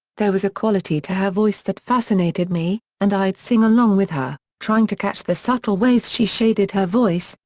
there was a quality to her voice that fascinated me, and i'd sing along with her, trying to catch the subtle ways she shaded her voice,